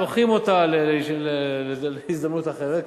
דוחים אותה להזדמנות אחרת,